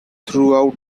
throughout